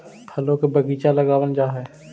फलों के बगीचे लगावल जा हई